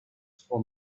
for